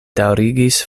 daŭrigis